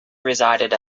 resided